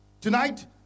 Tonight